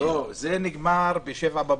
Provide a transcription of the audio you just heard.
לא, זה נגמר ב-07:00 בבוקר.